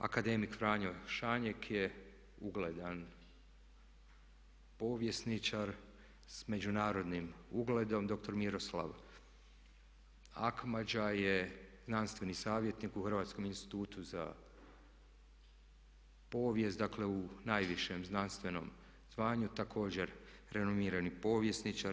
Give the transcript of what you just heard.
Akademik Franjo Šanjek je ugledan povjesničar s međunarodnim ugledom, dr. Miroslav Akmadža je znanstveni savjetnik u Hrvatskom institutu za povijest, dakle u najvišem znanstvenom zvanju također renomirani povjesničar.